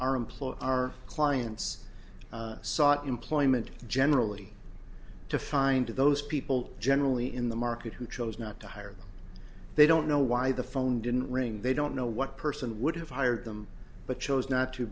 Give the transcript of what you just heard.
employer our clients sought employment generally to find those people generally in the market who chose not to hire they don't know why the phone didn't ring they don't know what person would have hired them but chose not to